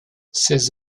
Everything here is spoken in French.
ses